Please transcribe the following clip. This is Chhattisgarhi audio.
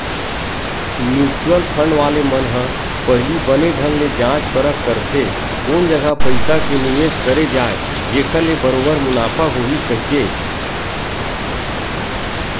म्युचुअल फंड वाले मन ह पहिली बने ढंग ले जाँच परख करथे कोन जघा पइसा के निवेस करे जाय जेखर ले बरोबर मुनाफा होही कहिके